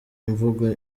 imvugo